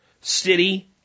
city